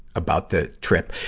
about the trip.